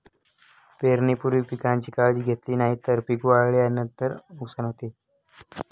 पेरणीपूर्वी पिकांची काळजी घेतली नाही तर पिक वाढल्यानंतर नुकसान होते